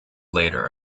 later